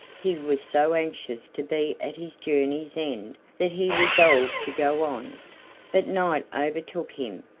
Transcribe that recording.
he was so anxious to be at his journey's end that he resolved to go on but night overtook him,